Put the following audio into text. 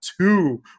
two